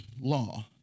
law